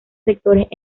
sectores